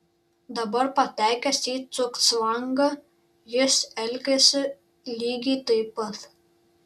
dabar patekęs į cugcvangą jis elgiasi lygiai taip pat